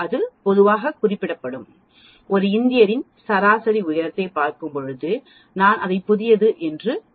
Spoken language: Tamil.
அது பொதுவாக குறிப்பிடப்படும் ஒரு இந்தியரின் சராசரி உயரத்தைப் பார்க்கும்போது நான் அதை புதியது என்று கூறுவேன்